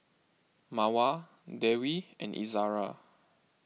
Mawar Dewi and Izara